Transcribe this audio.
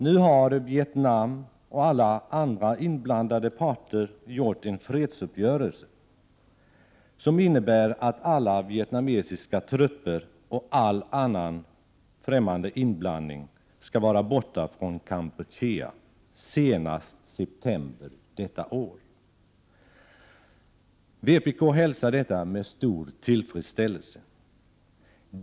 Nu har Vietnam och alla andra inblandade parter träffat en fredsuppgörelse som innebär att alla vietnamesiska trupper skall vara borta från Kampuchea senast september detta år. Det gäller också all annan inblandning. Vi i vpk hälsar detta med stor tillfredsställelse.